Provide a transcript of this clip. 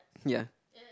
ya